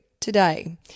today